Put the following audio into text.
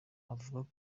avuga